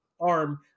arm